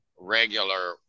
regular